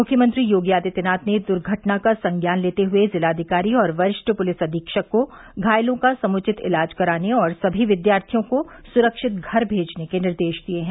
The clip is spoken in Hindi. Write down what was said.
मुख्यमंत्री योगी आदित्यनाथ ने दुर्घटना का संज्ञान लेते हए जिलाधिकारी और वरिष्ठ पुलिस अधीक्षक को घायलों का समुचित इलाज कराने और सभी विद्यार्थियों को सुरक्षित घर भेजने के निर्देश दिए हैं